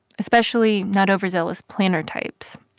especially not overzealous-planner types.